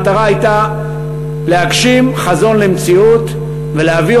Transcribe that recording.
המטרה הייתה להגשים חזון למציאות ולהביא